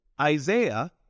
Isaiah